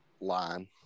line